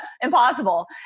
impossible